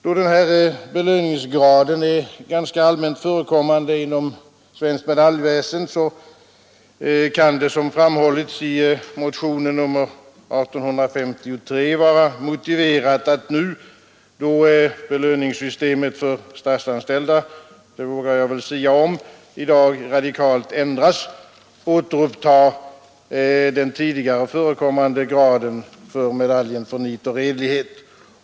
Då denna belöningsgrad är ganska allmänt förekommande inom svenskt medaljväsende kan det, som framhålles i motionen 1853, vara motiverat att nu då belöningssystemet för statsanställda — det vågar jag väl sia om — ändras återupptaga den tidigare förekommande graden för medaljen för nit och redlighet.